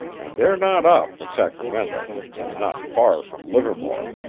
and they're not off for sacramento, and not far from livermore.